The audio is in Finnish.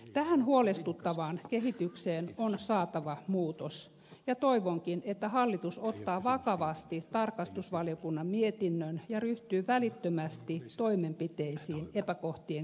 tähän huolestuttavaan kehitykseen on saatava muutos ja toivonkin että hallitus ottaa vakavasti tarkastusvaliokunnan mietinnön ja ryhtyy välittömästi toimenpiteisiin epäkohtien korjaamiseksi